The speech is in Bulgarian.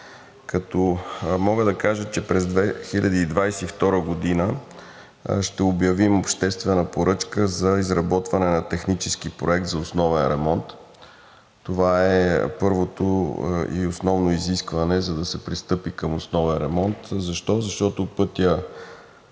мога да кажа, че през 2022 г. ще обявим обществена поръчка за изработване на технически проект за основен ремонт. Това е първото и основно изискване, за да се пристъпи към основен ремонт. Защо? Защото пътят